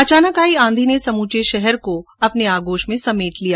अचानक आई आंधी ने समूचे शहर को अपने आगोश में समेट लिया